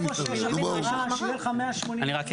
אתם לא רוצים